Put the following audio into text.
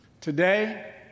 Today